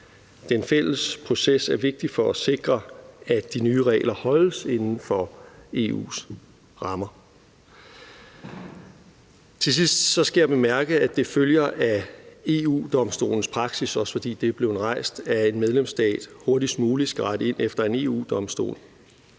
Den fælles proces er vigtig for at sikre, at de nye regler holdes inden for EU's rammer. Til sidst skal jeg bemærke – også fordi det er blevet rejst – at det følger af EU-Domstolens praksis, at en medlemsstat hurtigst muligt skal rette ind efter en EU-dom.